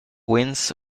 winds